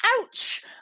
ouch